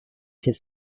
his